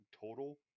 total